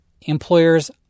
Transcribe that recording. employers